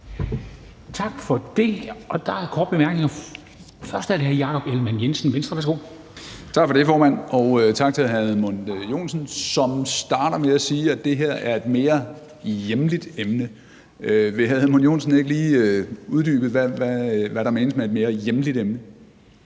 Tak for det. Der er korte bemærkninger. Først er det hr. Jakob Ellemann-Jensen, Venstre. Værsgo. Kl. 16:00 Jakob Ellemann-Jensen (V): Tak for det, formand, og tak til hr. Edmund Joensen, som starter med at sige, at det her er et mere hjemligt emne. Vil hr. Edmund Joensen ikke lige uddybe, hvad der menes med et mere hjemligt emne?